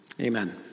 Amen